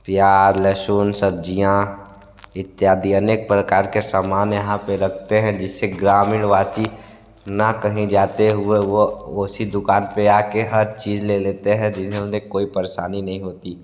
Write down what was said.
प्याज़ लहसुन सब्जियाँ इत्यादि अनेक प्रकार के समान यहाँ पर रखते हैं जिससे ग्रामीणवासी न कहीं जाते हुए वो वो उसी दुकान पर आकर हर चीज़ ले लेते है उन्हें कोई परेशानी नहीं होती